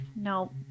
No